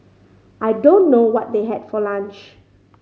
I don't know what they had for lunch